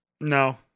No